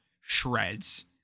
shreds